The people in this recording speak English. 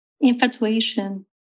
infatuation